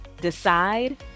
decide